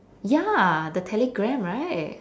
ya the telegram right